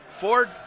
Ford